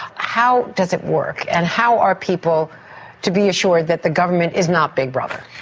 how does it work and how are people to be assured that the government is not big brother?